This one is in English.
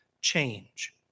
change